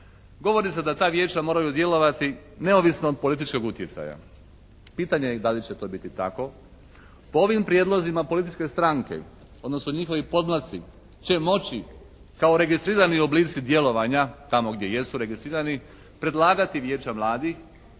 govori se da ta vijeća moraju djelovati neovisno od političkog utjecaja. Pitanje je da li će to biti tako. Po ovim prijedlozima političke stranke odnosno njihovi podmlatci će moći kao registrirani oblici djelovanja tamo gdje jesu registrirani predlagati vijeća mladih